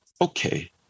okay